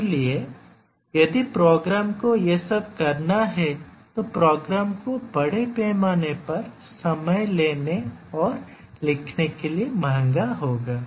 इसलिए यदि प्रोग्राम को ये सब करना है तो प्रोग्राम को बड़े पैमाने पर समय लेने और लिखने के लिए महंगा होगा